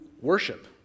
worship